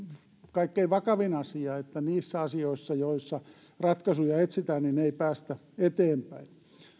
kaikkein vakavin asia että niissä asioissa joissa ratkaisuja etsitään ei päästä eteenpäin